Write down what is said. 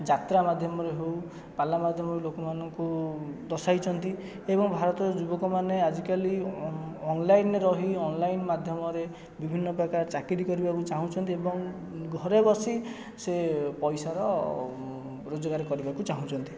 ଯାତ୍ରା ମାଧ୍ୟମରେ ହେଉ ପାଲା ମାଧ୍ୟମରେ ଲୋକମାନଙ୍କୁ ଦର୍ଶାଇଛନ୍ତି ଏବଂ ଭାରତର ଯୁବକମାନେ ଆଜିକାଲି ଅନଲାଇନରେ ରହି ଅନଲାଇନ୍ ମାଧ୍ୟମରେ ବିଭିନ୍ନ ପ୍ରକାର ଚାକିରୀ କରିବାକୁ ଚାହୁଁଛନ୍ତି ଏବଂ ଘରେ ବସି ସେ ପଇସାର ରୋଜଗାର କରିବାକୁ ଚାହୁଁଛନ୍ତି